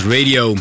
Radio